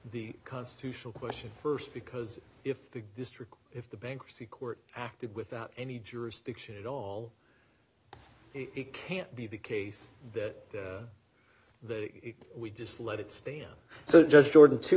the constitutional question st because if the district if the bankruptcy court acted without any jurisdiction at all it can't be the case that we just let it stand so just jordan t